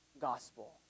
gospel